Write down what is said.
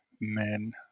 men